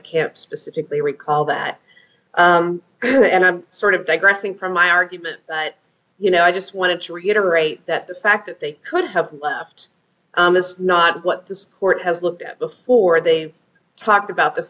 i can't specifically recall that and i'm sort of digressing from my argument but you know i just wanted to reiterate that the fact that they could have left is not what this court has looked at before they talked about the